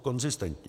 konzistentní;